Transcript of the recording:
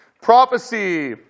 Prophecy